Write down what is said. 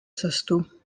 cestu